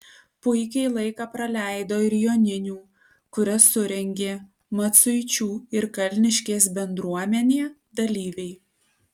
puikiai laiką praleido ir joninių kurias surengė maciuičių ir kalniškės bendruomenė dalyviai